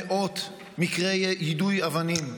מאות מקרי יידוי אבנים,